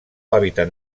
hàbitat